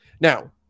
Now